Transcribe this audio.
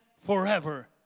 forever